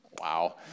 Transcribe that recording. Wow